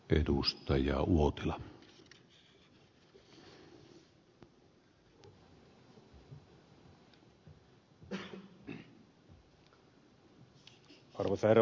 arvoisa herra puhemies